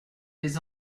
les